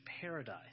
paradise